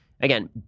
Again